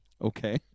Okay